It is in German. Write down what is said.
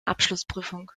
abschlussprüfung